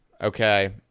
Okay